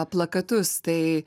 plakatus tai